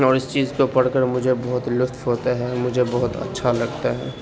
اور اس چیز کو پڑھ کر مجھے بہت لطف ہوتا ہے مجھے بہت اچھا لگتا ہے